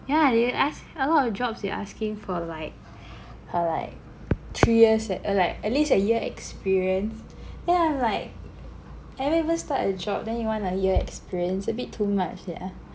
yeah they ask a lot of jobs they asking for like for like three years eh err like at least a year experience then I'm like I haven't even start a job then you want a year experience a bit too much sia